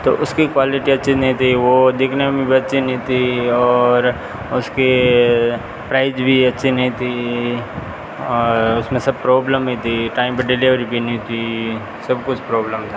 तो उसकी क्वालिटी अच्छी नहीं थी वो दिखने में भी अच्छी नहीं थी और उसके प्राइज़ भी अच्छी नहीं थी और उसमें सब प्रॉब्लम ही थी टाइम पे डिलेवरी भी नहीं थी सब कुछ प्रॉब्लम था